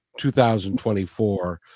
2024